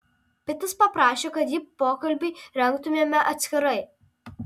pitas paprašė kad jį pokalbiui rengtumėme atskirai